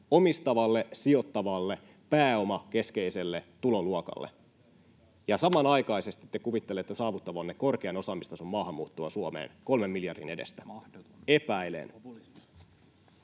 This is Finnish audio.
omistavalle, sijoittavalle, pääomakeskeiselle tuloluokalle. Ja samanaikaisesti te kuvittelette saavuttavanne korkean osaamistason maahanmuuttoa Suomeen kolmen miljardin edestä. Epäilen.